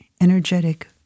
energetic